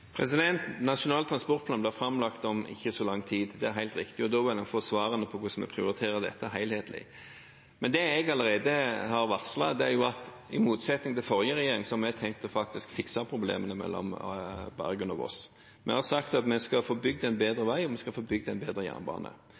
lang tid – det er helt riktig – og da vil en få svarene på hvordan vi prioriterer dette helhetlig. Men det jeg allerede har varslet, er at i motsetning til forrige regjering har vi faktisk tenkt å fikse problemene mellom Bergen og Voss. Vi har sagt at vi skal få bygd en bedre vei, og vi skal få bygd en bedre jernbane.